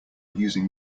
using